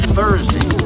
Thursday